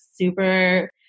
super